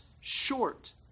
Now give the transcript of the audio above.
short